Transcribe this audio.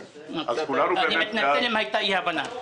אני מתנצל אם הייתה אי-הבנה.